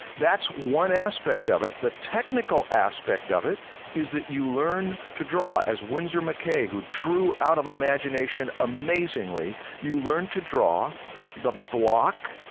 that's one aspect of it. the technical aspect of it is that you learn to draw as winsor mccay who drew out of imagination amazingly, you learn to draw the block,